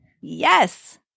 Yes